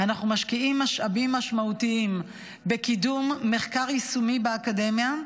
אנחנו משקיעים משאבים משמעותיים בקידום מחקר יישומי באקדמיה,